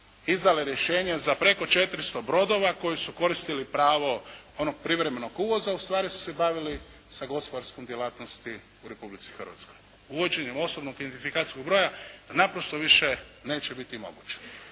izdale rješenje za preko 400 brodova koji su koristili pravo onog privremenog uvoza a ustvari su se bavili sa gospodarskom djelatnosti u Republici Hrvatskoj. Uvođenjem osobnog identifikacijskog broja naprosto više neće biti moguće